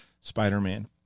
Spider-Man